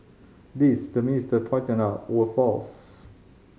these the minister pointed out were false